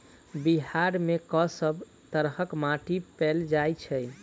बिहार मे कऽ सब तरहक माटि पैल जाय छै?